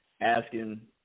asking